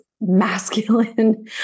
masculine